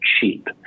cheap